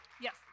Yes